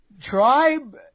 Tribe